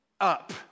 up